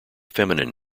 feminine